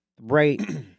right